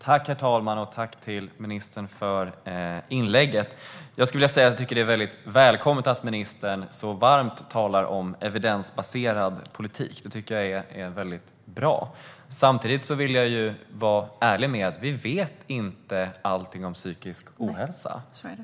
Herr talman! Tack, ministern, för inlägget! Jag tycker att det är välkommet att ministern talar så varmt om evidensbaserad politik. Jag tycker att detta är väldigt bra. Samtidigt vill jag vara ärlig med att vi inte vet allt om psykisk ohälsa.